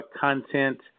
content